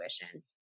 intuition